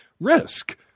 risk